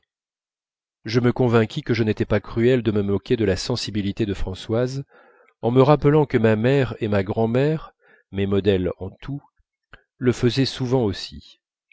je me convainquis que je n'étais pas cruel de me moquer de la sensibilité de françoise en me rappelant que ma mère et ma grand'mère mes modèles en tout le faisaient souvent aussi